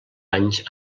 anys